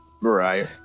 Right